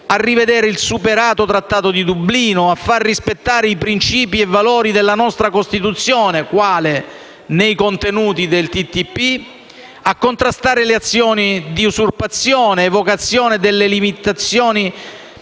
a rivedere il superato Trattato di Dublino, a far rispettare i principi e valori della nostra Costituzione (quale?) nei contenuti del TTIP, a contrastare le azioni di usurpazione, evocazione e imitazione